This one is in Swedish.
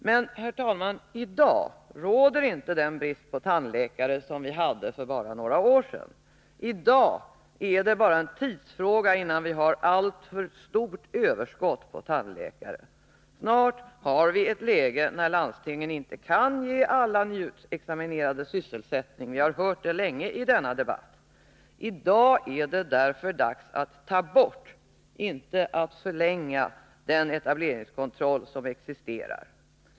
Men, herr talman, i dag råder inte den brist på tandläkare som vi hade för bara några år sedan. I dag är det bara en tidsfråga innan vi har ett alltför stort överskott på tandläkare. Snart har vi ett läge där landstingen inte kan ge alla nyutexaminerade sysselsättning. Vi har hört det under en lång tid i debatter av detta slag. I dag är det därför dags att ta bort, inte att förlänga, den etableringskontroll som existerar.